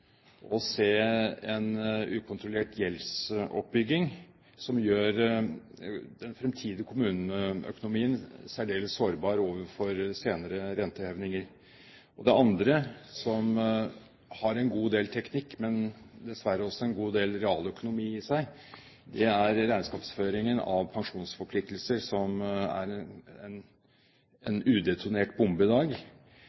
å se en ukontrollert gjeldsoppbygging som gjør den fremtidige kommuneøkonomien særdeles sårbar overfor senere rentehevinger? Det andre, som har en god del teknikk, men dessverre også en god del realøkonomi i seg, er regnskapsføringen av pensjonsforpliktelser, som er en